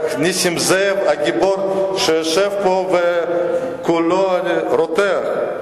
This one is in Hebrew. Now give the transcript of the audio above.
רק נסים זאב, הגיבור, שיושב פה וכולו רותח.